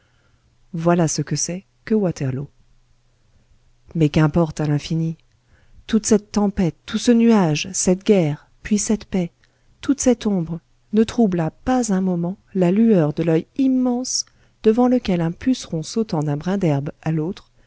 voilà ce que c'est que waterloo mais qu'importe à l'infini toute cette tempête tout ce nuage cette guerre puis cette paix toute cette ombre ne troubla pas un moment la lueur de l'oeil immense devant lequel un puceron sautant d'un brin d'herbe à l'autre